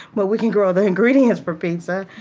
but we can grow the ingredients for pizza.